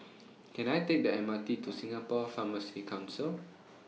Can I Take The M R T to Singapore Pharmacy Council